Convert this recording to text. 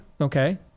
okay